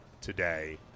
today